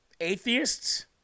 Atheists